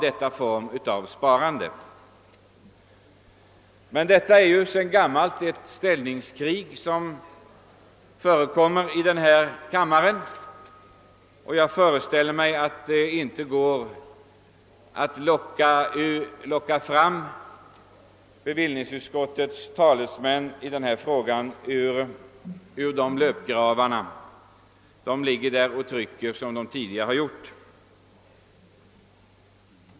Emellertid är det sedan gammalt ett ställningskrig som äger rum i denna kammare när det gäller denna fråga, och jag föreställer mig, att det inte heller i dag går att plocka fram bevillningsutskottets talesmän ur löpgravarna. De ligger där och trycker som de tidigare har gjort.